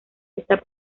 está